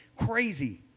Crazy